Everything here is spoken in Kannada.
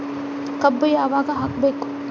ಕಬ್ಬು ಯಾವಾಗ ಹಾಕಬೇಕು?